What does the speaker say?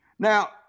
Now